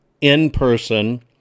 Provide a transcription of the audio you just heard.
in-person